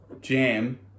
Jam